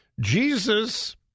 Jesus